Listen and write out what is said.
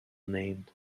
named